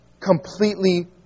completely